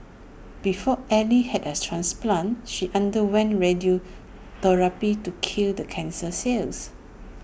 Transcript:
before ally had A transplant she underwent radiotherapy to kill the cancer cells